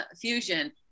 fusion